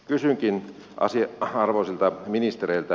kysynkin arvoisilta ministereiltä